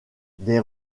des